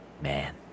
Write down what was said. Man